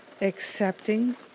accepting